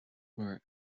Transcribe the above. bhur